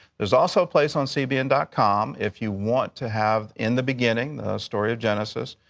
there's also a place on cbn dot com if you want to have in the beginning, the story of genesis,